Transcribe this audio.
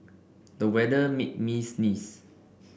the weather made me sneeze